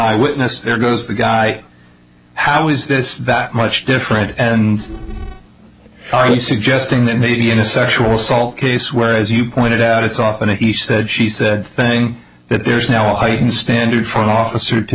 eye witness there goes the guy how is this that much different and are you suggesting that maybe in a sexual assault case where as you pointed out it's often a he said she said thing that there's now a heightened standard for an officer to